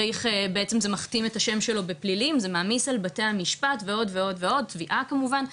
בעצם, זה מחתים את השם שלו בפלילים, תביעה כמובן,